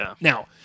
Now